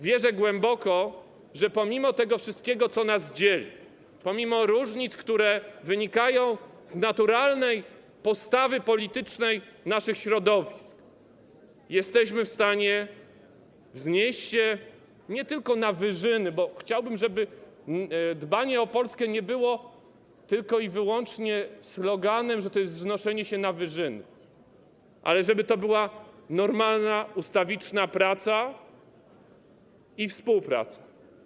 Wierzę głęboko, że pomimo tego wszystkiego, co nas dzieli, pomimo różnic, które wynikają z naturalnej postawy politycznej naszych środowisk, jesteśmy w stanie nie tylko wznieść się na wyżyny - chciałbym, żeby dbanie o Polskę nie było tylko i wyłącznie sloganem, że to jest wznoszenie się na wyżyny, ale żeby to była normalna, ustawiczna praca i współpraca.